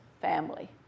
family